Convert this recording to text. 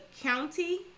County